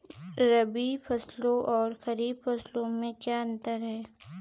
रबी फसलों और खरीफ फसलों में क्या अंतर है?